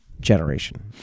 generation